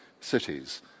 cities